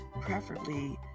preferably